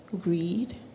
greed